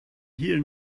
here